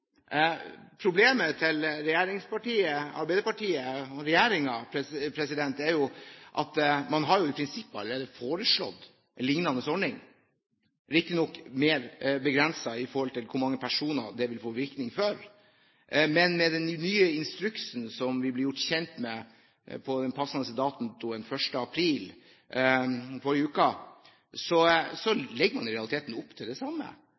Problemet til regjeringspartiet Arbeiderpartiet og regjeringen er jo at man i prinsippet allerede har foreslått en liknende ordning, riktignok mer begrenset i forhold til hvor mange personer det vil få virkning for. Men med den nye instruksen, som vi ble gjort kjent med på den passende datoen 1. april i forrige uke, legger man i realiteten opp til det samme